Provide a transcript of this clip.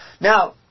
Now